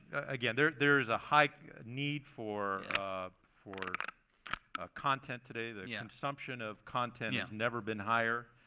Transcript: again, there there is a high need for for ah content today. the yeah consumption of content has never been higher.